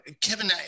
Kevin